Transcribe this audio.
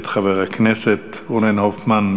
את חבר הכנסת רונן הופמן,